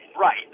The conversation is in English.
right